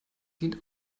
dient